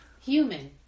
Human